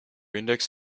index